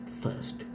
first